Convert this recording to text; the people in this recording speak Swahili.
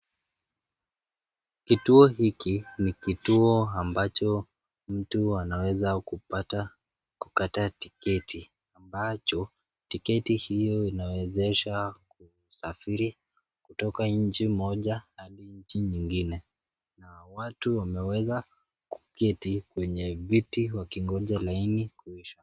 Kituo hiki ni kituo ambacho mtu anaweza kupata kukata ticketi ambacho ticketi hiyo inawezasha kusafiri kutoka Nchi moja hadi Nchi nyingine na watu wameweza kuketi kwenye viti wakingoja laini kuisha.